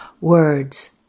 words